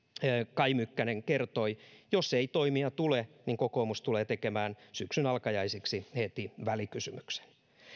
kai mykkänen kertoi jos ei toimia tule niin kokoomus tulee tekemään syksyn alkajaisiksi heti välikysymyksen